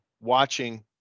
watching